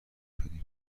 شدیم